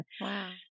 Wow